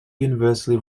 universally